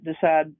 decide